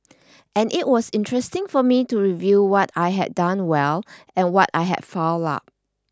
and it was interesting for me to review what I had done well and what I had fouled up